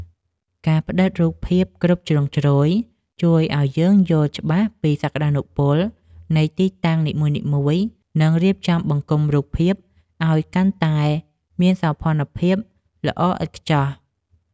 ការផ្តិតរូបភាពគ្រប់ជ្រុងជ្រោយជួយឱ្យយើងយល់ច្បាស់ពីសក្តានុពលនៃទីតាំងនីមួយៗ និង រៀបចំបង្គុំរូបភាពឱ្យកាន់តែមានសោភ័ណភាពល្អឥតខ្ចោះ។